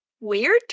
weird